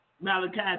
Malachi